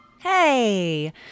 Hey